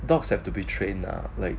dogs have to be trained ah like